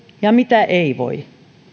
ja mitä ei voi